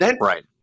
Right